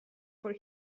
for